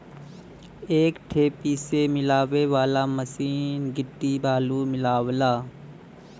एक ठे पीसे मिलावे वाला मसीन गिट्टी बालू मिलावला